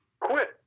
quit